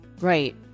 Right